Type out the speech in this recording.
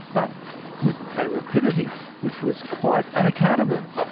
but with a rapidity which was quite unaccountable.